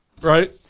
Right